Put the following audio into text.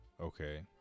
okay